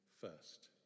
first